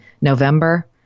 November